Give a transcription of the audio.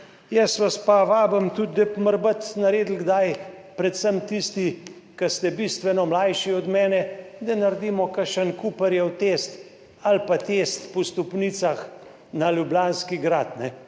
Jaz vas pa vabim tudi, da bi mabit naredili kdaj, predvsem tisti, ki ste bistveno mlajši od mene, da naredimo kakšen Cooperjev test ali pa test po stopnicah na Ljubljanski grad,